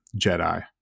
Jedi